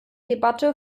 debatte